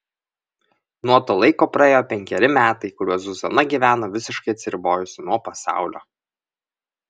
nuo to laiko praėjo penkeri metai kuriuos zuzana gyveno visiškai atsiribojusi nuo pasaulio